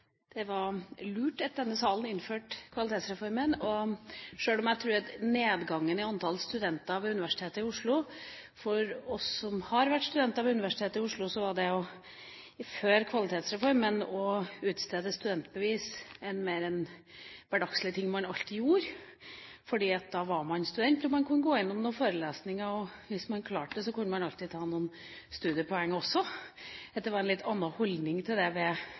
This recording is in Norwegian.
selvfølgelig var Kvalitetsreformen veldig bra. Det var lurt at denne salen innførte Kvalitetsreformen, sjøl om det ble nedgang i antallet studenter ved Universitetet i Oslo. For oss som var studenter ved Universitetet i Oslo før Kvalitetsreformen, var det å få utstedt studentbevis mer en hverdagslig ting man alltid gjorde, fordi da var man student og man kunne gå innom noen forelesninger, og hvis man klarte det, kunne man alltids ta noen studiepoeng også. Det var en litt annen holdning til det ved